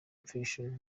infection